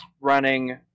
running